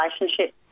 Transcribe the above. relationship